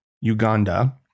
Uganda